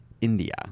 India